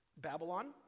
Babylon